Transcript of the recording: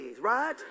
right